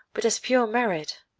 but as pure merit.